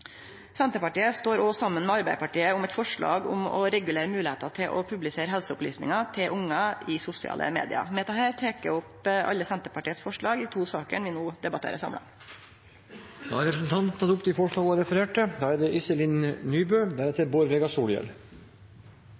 Senterpartiet står også saman med Arbeidarpartiet om eit forslag om å regulere moglegheita til å publisere helseopplysningar til ungar i sosiale medium. Med dette tek eg opp alle forslaga frå Senterpartiet i dei to sakene vi no debatterer samla. Representanten Jenny Klinge har tatt opp de forslagene hun refererte til.